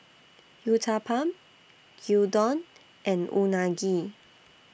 Uthapam Gyudon and Unagi